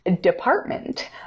department